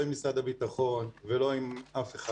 לא עם משרד הביטחון ולא עם אף אחד.